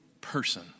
person